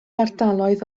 ardaloedd